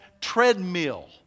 treadmill